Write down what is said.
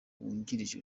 wungirije